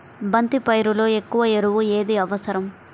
బంతి పైరులో ఎక్కువ ఎరువు ఏది అవసరం?